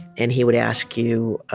and he would ask you,